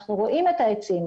אנחנו רואים את העצים,